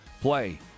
play